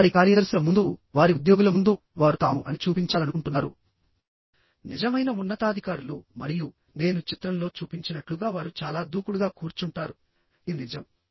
వారి కార్యదర్శుల ముందు వారి ఉద్యోగుల ముందు వారు తాము అని చూపించాలనుకుంటున్నారు నిజమైన ఉన్నతాధికారులు మరియు నేను చిత్రంలో చూపించినట్లుగా వారు చాలా దూకుడుగా కూర్చుంటారుఇది నిజం